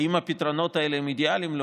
האם הפתרונות האלה הם אידיאליים?